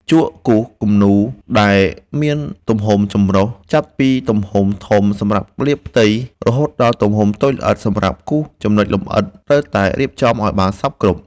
ជក់គូរគំនូរដែលមានទំហំចម្រុះ ចាប់ពីទំហំធំសម្រាប់លាបផ្ទៃ រហូតដល់ទំហំតូចល្អិតសម្រាប់គូរចំណុចលម្អិត ត្រូវតែរៀបចំឱ្យបានសព្វគ្រប់។